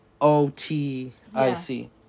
O-T-I-C